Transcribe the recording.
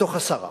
מתוך עשרה.